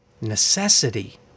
Necessity